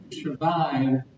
survive